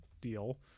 deal